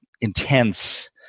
intense